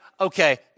okay